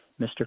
Mr